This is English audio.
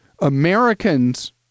Americans